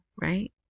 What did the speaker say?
right